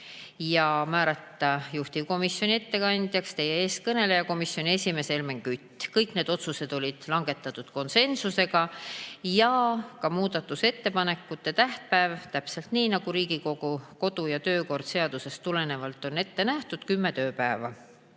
ja määrata juhtivkomisjoni ettekandjaks teie ees kõneleja, komisjoni esimees Helmen Kütt. Kõik need otsused langetati konsensusega ja ka muudatusettepanekute tähtpäev, täpselt nii, nagu Riigikogu kodu‑ ja töökorra seadusest tulenevalt on ette nähtud, on kümme tööpäeva.